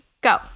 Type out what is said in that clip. Go